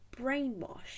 brainwashed